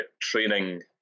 training